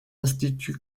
institut